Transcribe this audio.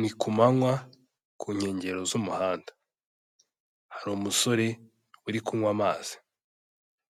Ni ku manywa ku nkengero z'umuhanda, hari umusore uri kunywa amazi.